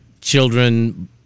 children